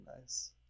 nice